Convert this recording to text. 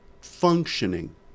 functioning